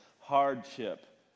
hardship